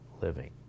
living